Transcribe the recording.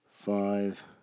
Five